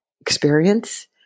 experience